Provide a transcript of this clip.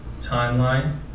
timeline